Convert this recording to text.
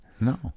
No